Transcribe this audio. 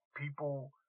people